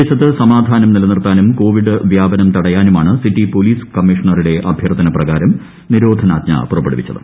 പ്രദേശത്ത് സമാധാനം നിലനിർത്താനും കോവിഡ് വ്യാപനം തടയാനുമാണ് സിറ്റി പൊലീസ് കമ്മീഷണറുടെ അഭ്യർത്ഥന പ്രകാരം നിരോധനാജ്ഞ പുറപ്പെടുവിച്ചത്